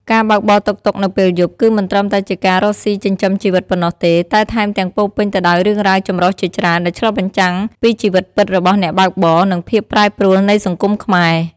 ការបើកបរតុកតុកនៅពេលយប់ គឺមិនត្រឹមតែជាការរកស៊ីចិញ្ចឹមជីវិតប៉ុណ្ណោះទេ តែថែមទាំងពោរពេញទៅដោយរឿងរ៉ាវចម្រុះជាច្រើន ដែលឆ្លុះបញ្ចាំងពីជីវិតពិតរបស់អ្នកបើកបរ និងភាពប្រែប្រួលនៃសង្គមខ្មែរ។